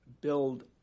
build